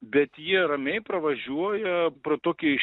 bet jie ramiai pravažiuoja pro tokį